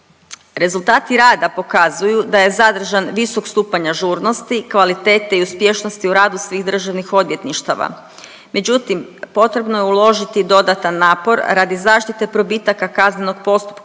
Rezultati rada pokazuju da je zadržan visok stupanj ažurnosti, kvalitete i uspješnosti u radu svih državnih odvjetništava. Međutim, potrebno je uložiti dodatan napor radi zaštite probitaka kaznenog postupka